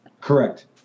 Correct